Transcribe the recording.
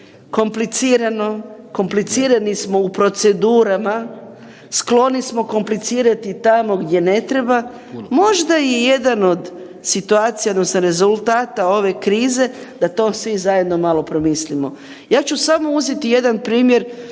komplicirano, komplicirani smo u procedurama, skloni smo komplicirati tamo gdje ne treba. Možda i jedan od situacija odnosno rezultata ove krize da to svi zajedno malo promislimo. Ja ću samo uzeti jedan primjer,